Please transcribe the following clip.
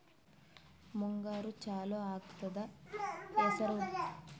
ಮುಂಗಾರು ಚಾಲು ಆಗ್ತದ ಹೆಸರ, ಉದ್ದ, ಎಳ್ಳ ಬಿತ್ತ ಬೇಕು ನೀವು ಯಾವದ ಬಿತ್ತಕ್ ಹೇಳತ್ತೀರಿ?